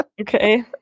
okay